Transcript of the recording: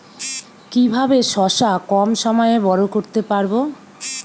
কিভাবে শশা কম সময়ে বড় করতে পারব?